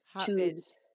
tubes